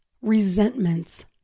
resentments